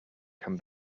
can